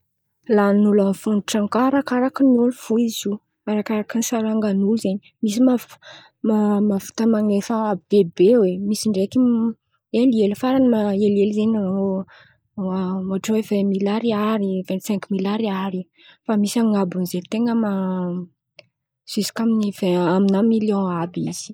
Lan̈in'olo amin'iny fondro-tran̈o arakaraka ny sarangan'olo zen̈y mavita man̈efa bebe hoe misy ndraiky helihely faran̈y helihely zen̈y ohatra hoe vaimily ariary vintisinkimily ariary misy an̈abo ny zen̈y ten̈a zisika amin̈a miliôn àby izy.